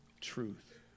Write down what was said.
truth